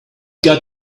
got